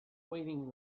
waiting